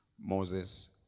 Moses